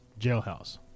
jailhouse